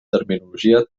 terminologia